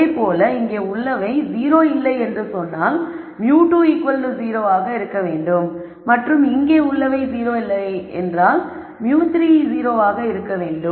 அதேபோல் இங்கே உள்ளவை 0 இல்லை என்று சொன்னால் μ20 ஆக இருக்க வேண்டும் மற்றும் இங்கே உள்ளவை 0 இல்லை என்றால் μ30 ஆக இருக்க வேண்டும்